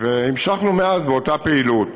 והמשכנו מאז באותה פעילות.